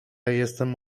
jestem